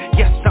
yes